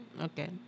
Okay